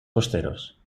costeros